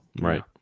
right